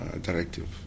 directive